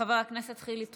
חבר הכנסת חילי טרופר.